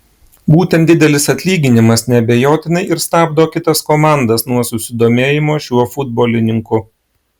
būtent didelis atlyginimas neabejotinai ir stabdo kitas komandas nuo susidomėjimo šiuo futbolininku